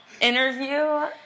interview